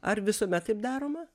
ar visuomet taip daroma